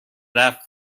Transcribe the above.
رفت